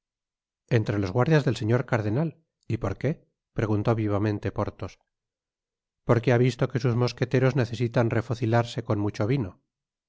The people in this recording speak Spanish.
entre los guardias del señor cardenal y por qué preguntó vivamente porthos porque ha visto que sus mosqueteros necesitan refocilarse con mucho vino porthos